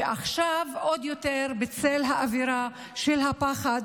ועכשיו עוד יותר בצל האווירה של הפחד